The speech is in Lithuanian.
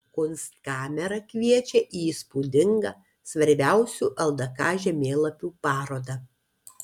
kunstkamera kviečia į įspūdingą svarbiausių ldk žemėlapių parodą